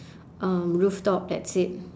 um rooftop that's it